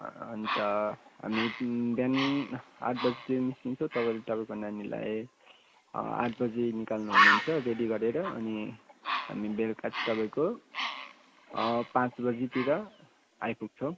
अन्त हामी बिहान आठ बजीतिर निस्किन्छौँ तपाईँले तपाईँको नानीलाई आठ बजी निकाल्नु हुने हुन्छ रेडी गरेर अनि हामी बेलुका तपाईँको पाँच बजीतिर आइपुग्छौँ